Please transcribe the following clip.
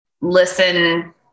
listen